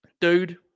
dude